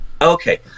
Okay